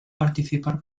participar